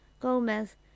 Gomez